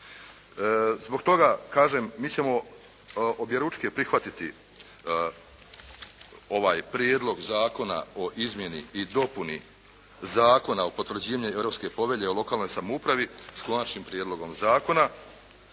Zbog toga, kažem, mi ćemo objeručke prihvatiti ovaj Prijedlog zakona o Izmjeni i dopuni Zakona o potvrđivanju Europske povelje o lokalnoj samoupravi sa konačnim prijedlogom zakona.